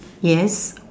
yes